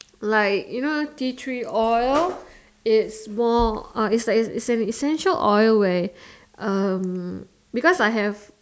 like you know tea tree oil is more uh is like is an is an essential oil where um because I have